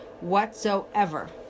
whatsoever